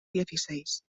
dieciséis